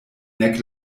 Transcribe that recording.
nek